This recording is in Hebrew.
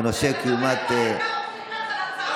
זה נושא כמעט קונסנסואלי.